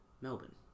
Melbourne